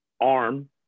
arm